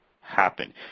happen